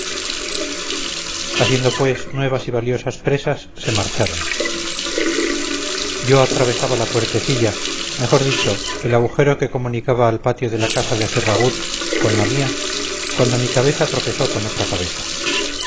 haciendo pues nuevas y valiosas presas se marcharon yo atravesaba la puertecilla mejor dicho el agujero que comunicaba al patio de la casa de ferragut con la mía cuando mi cabeza tropezó con otra cabeza